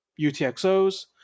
UTXOs